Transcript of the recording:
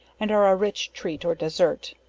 and are a rich treat or desert.